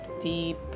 deep